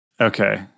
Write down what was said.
Okay